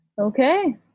okay